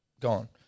Gone